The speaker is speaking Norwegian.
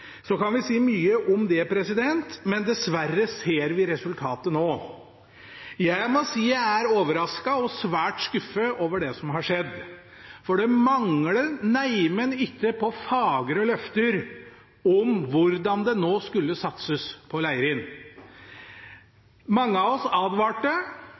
Så kan vi si mye om det, men dessverre ser vi resultatet nå. Jeg må si jeg er overrasket og svært skuffet over det som har skjedd, for det manglet neimen ikke på fagre løfter om hvordan det skulle satses på Leirin. Mange av oss advarte